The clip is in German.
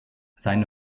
seine